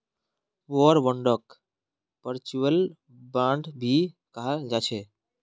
war बांडक perpetual bond भी कहाल जाछे